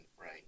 right